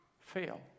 fail